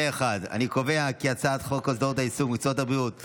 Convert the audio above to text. אני קובע כי הצעת חוק הסדרת העיסוק במקצועות הבריאות (תיקון,